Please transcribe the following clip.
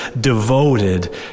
devoted